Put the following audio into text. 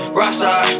rockstar